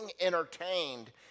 entertained